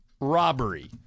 Robbery